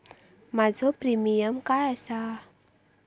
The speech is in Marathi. माझो प्रीमियम काय आसा?